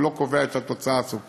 והוא לא קובע את התוצאה הסופית,